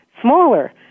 smaller